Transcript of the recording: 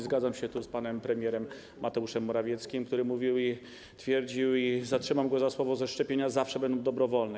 Zgadzam się tu z panem premierem Mateuszem Morawieckim, który mówił, twierdził - i trzymam go za słowo - że szczepienia zawsze będą dobrowolne.